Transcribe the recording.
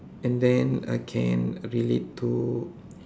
and then I can relate to